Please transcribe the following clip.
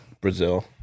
Brazil